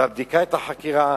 והבדיקה את החקירה,